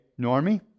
Normie